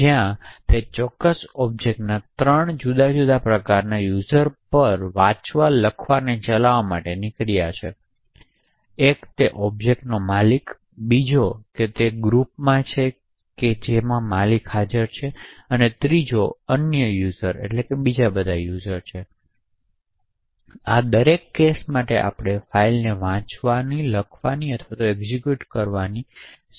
જ્યાં આપણી પાસે તે ચોક્કસ ઑબ્જેક્ટના ત્રણ જુદા જુદા પ્રકારનાં યુઝર પર વાંચવા લખવા ચલાવવા માટેની ક્રિયાઓ છે એક તે ઑબ્જેક્ટનો માલિક છે બીજો તે જ ગ્રુપમાં છે જેમાં માલિક છે અને ત્રીજો અથવા બીજા બધા યુઝરઓ છે તેથી આ દરેક કેસો માટે આપણે ફાઇલને વાંચી લખી શકાય કે એક્ઝેક્યુટ કરી શકીએ કે નહીં તે સ્પષ્ટ કરી શકીએ છીએ